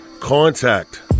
Contact